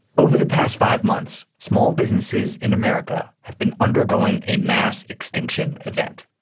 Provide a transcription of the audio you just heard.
over the past five months, small businesses in america have been undergoing a mass extinction event.